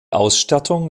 ausstattung